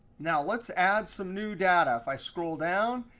now, let's add some new data. if i scroll down,